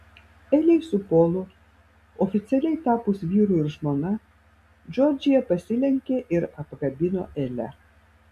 elei su polu oficialiai tapus vyru ir žmona džordžija pasilenkė ir apkabino elę